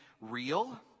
real